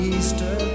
Easter